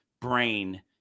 brain